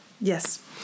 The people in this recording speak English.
Yes